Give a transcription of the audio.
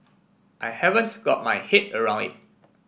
I haven't got my head around it